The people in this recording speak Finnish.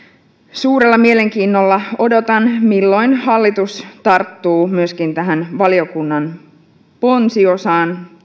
suurella mielenkiinnolla odotan milloin hallitus tarttuu myöskin tässä mietinnössä olevaan valiokunnan ponsiosaan